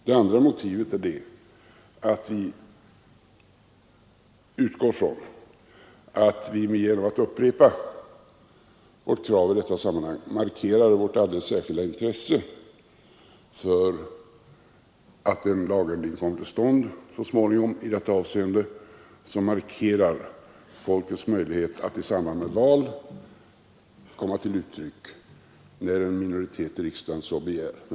Det andra motivet är att vi utgår ifrån att vi genom att upprepa vårt krav i detta sammanhang markerar vårt alldeles särskilda intresse för att det så småningom skall genomföras en lagändring som ger folket möjlighet att i samband med val vid grundlagändring komma till tals när en minoritet i riksdagen så begär.